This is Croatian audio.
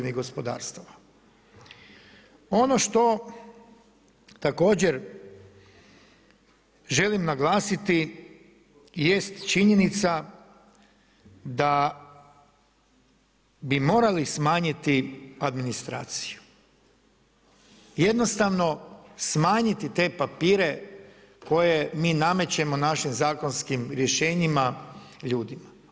Ono što također želim naglasiti jest činjenica da bi morali smanjiti administraciju, jednostavno smanjiti te papire koje mi namećemo našim zakonskim rješenjima ljudima.